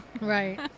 Right